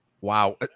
wow